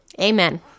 amen